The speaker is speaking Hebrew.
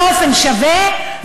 באופן שווה,